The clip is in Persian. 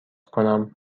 کنم